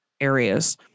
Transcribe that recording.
areas